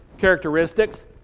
characteristics